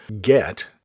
get